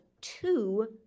two